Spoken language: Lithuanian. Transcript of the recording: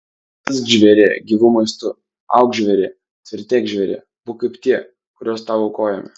misk žvėrie gyvu maistu auk žvėrie tvirtėk žvėrie būk kaip tie kuriuos tau aukojame